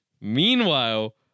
meanwhile